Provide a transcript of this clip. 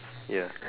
ya